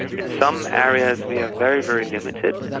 in some areas we are very, very limited, and